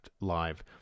Live